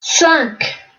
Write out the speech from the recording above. cinq